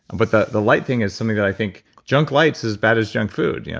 but the the light thing is similar i think junk light is bad as junk food. you know